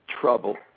trouble